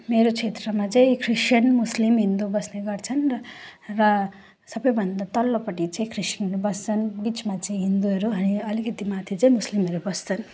मेरो क्षेत्रमा चाहिँ क्रिस्चियन मुस्लिम हिन्दू बस्ने गर्छन् र र सबैभन्दा तल्लोपट्टि चाहिँ क्रिस्चियनहरू बस्छन् बिचमा चाहिँ हिन्दूहरू अनि अलिकति माथि चाहिँ मुस्लिमहरू बस्छन्